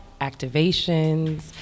activations